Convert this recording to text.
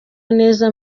neza